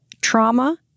trauma